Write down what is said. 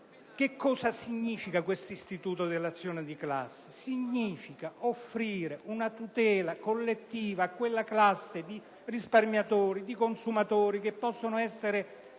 interessi sugli interessi). L'istituto dell'azione di classe significa offrire una tutela collettiva a quella classe di risparmiatori e di consumatori che possono essere